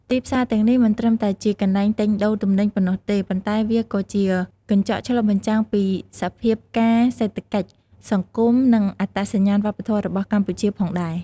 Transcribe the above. ទីផ្សារទាំងនេះមិនត្រឹមតែជាកន្លែងទិញដូរទំនិញប៉ុណ្ណោះទេ ប៉ុន្តែវាក៏ជាកញ្ចក់ឆ្លុះបញ្ចាំងពីសភាពការណ៍សេដ្ឋកិច្ច សង្គម និងអត្តសញ្ញាណវប្បធម៌របស់កម្ពុជាផងដែរ។